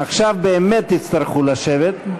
עכשיו באמת תצטרכו לשבת.